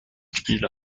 spiele